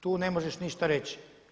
Tu ne možeš ništa reći.